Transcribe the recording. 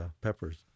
peppers